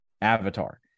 avatar